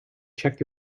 check